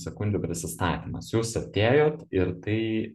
sekundžių prisistatymas jūs atėjot ir tai